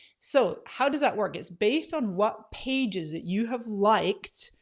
so how does that work? it's based on what pages that you have liked,